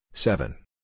Seven